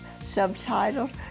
subtitled